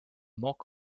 mock